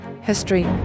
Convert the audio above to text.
history